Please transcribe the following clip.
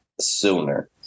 sooner